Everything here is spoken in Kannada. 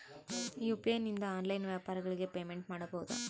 ಯು.ಪಿ.ಐ ನಿಂದ ಆನ್ಲೈನ್ ವ್ಯಾಪಾರಗಳಿಗೆ ಪೇಮೆಂಟ್ ಮಾಡಬಹುದಾ?